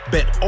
Bet